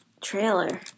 Trailer